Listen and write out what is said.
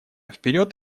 вперед